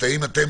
האם אתם